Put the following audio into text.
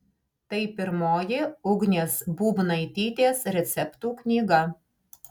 tai pirmoji ugnės būbnaitytės receptų knyga